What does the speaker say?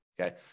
Okay